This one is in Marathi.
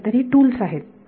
तर ही टुल्स आहेत